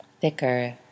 thicker